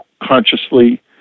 consciously